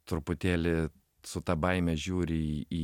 truputėlį su ta baime žiūri į